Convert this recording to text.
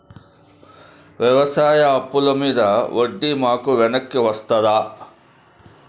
వ్యవసాయ అప్పుల మీద వడ్డీ మాకు వెనక్కి వస్తదా?